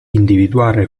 individuare